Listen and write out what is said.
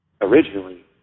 originally